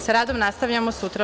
Sa radom nastavljamo sutra u